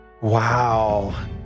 Wow